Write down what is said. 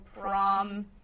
prom